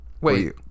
Wait